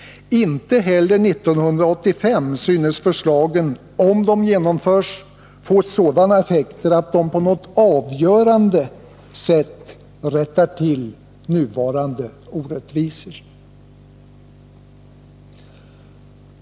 Inte heller år 1985 synes förslagen — om de genomförs — få sådana effekter att de på något avgörande sätt rättar till nuvarande orättvisor.